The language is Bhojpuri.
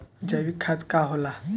जैवीक खाद का होला?